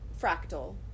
fractal